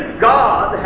God